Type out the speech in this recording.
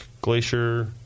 Glacier